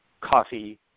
coffee